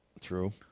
True